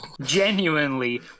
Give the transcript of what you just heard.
genuinely